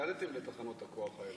התנגדתם לתחנות הכוח האלה.